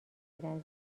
گیرم